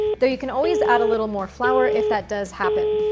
though you can always add a little more flour if that does happen.